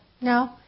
No